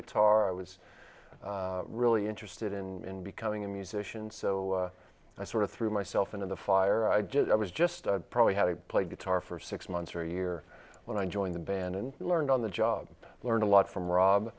guitar i was really interested in becoming a musician so i sort of threw myself into the fire i was just probably had to play guitar for six months or a year when i joined the band and learned on the job learned a lot from rob